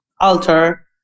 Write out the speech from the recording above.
alter